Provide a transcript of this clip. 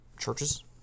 churches